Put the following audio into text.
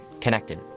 connected